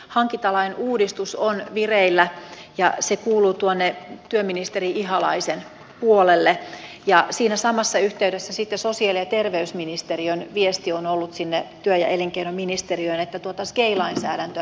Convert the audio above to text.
hankintalain uudistus on vireillä ja se kuuluu työministeri ihalaisen puolelle ja siinä samassa yhteydessä sosiaali ja terveysministeriön viesti työ ja elinkeinoministeriöön on ollut että sgei lainsäädäntöä täytyy vahvistaa